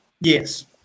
yes